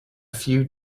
few